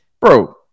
bro